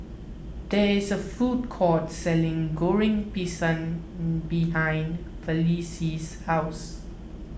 there is a food court selling Goreng Pisang behind Felicie's house